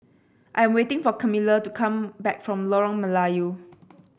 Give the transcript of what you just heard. I'm waiting for Camilla to come back from Lorong Melayu